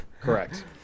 Correct